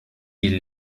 die